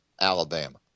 Alabama